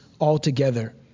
altogether